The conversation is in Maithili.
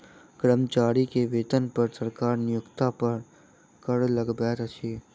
कर्मचारी के वेतन पर सरकार नियोक्ता पर कर लगबैत अछि